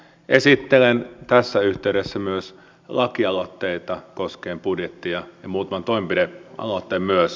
esittelen tässä yhteydessä myös lakialoitteita koskien budjettia ja muutaman toimenpidealoitteen myös